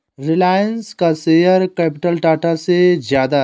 रिलायंस का share capital Tata से ज्यादा है